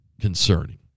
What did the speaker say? concerning